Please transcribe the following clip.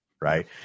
right